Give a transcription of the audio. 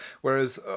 whereas